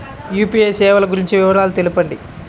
UPI సేవలు గురించి వివరాలు తెలుపండి?